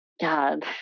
God